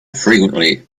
frequently